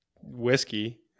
whiskey